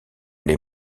les